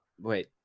wait